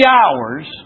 hours